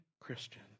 christian